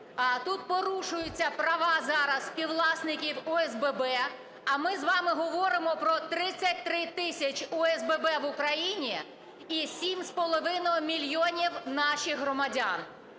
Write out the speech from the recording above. Тут порушуються права зараз співвласників ОСББ, а ми з вами говоримо про 33 тисячі ОСББ в Україні і 7,5 мільйона наших громадян.